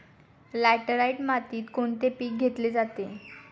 Laterite मातीत कोणते पीक घेतले जाते?